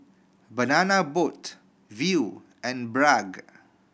Banana Boat Viu and Bragg